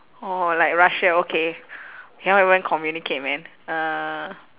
orh like russia okay cannot even communicate man uh